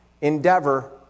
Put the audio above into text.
endeavor